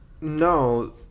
No